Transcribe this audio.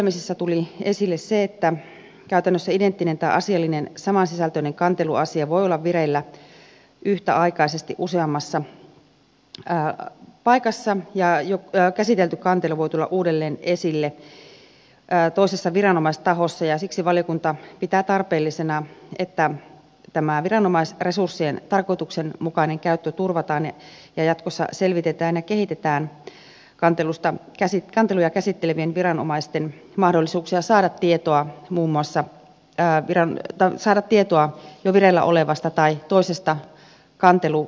valiokuntakuulemisissa tuli esille se että käytännössä identtinen tai asiallisesti samansisältöinen kanteluasia voi olla vireillä yhtäaikaisesti useammassa paikassa ja jo käsitelty kantelu voi tulla uudelleen esille toisessa viranomaistahossa ja siksi valiokunta pitää tarpeellisena että viranomaisresurssien tarkoituksenmukainen käyttö turvataan ja jatkossa selvitetään ja kehitetään kanteluja käsittelevien viranomaisten mahdollisuuksia saada tietoa muun muassa pääviran saada tietoa jo vireillä olevasta tai toisesta kanteluasiasta